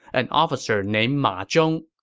an officer named ma zhong.